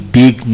big